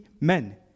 men